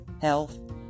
health